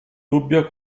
dubbio